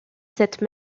cette